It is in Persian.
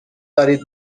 دارید